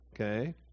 okay